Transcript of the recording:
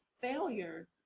failure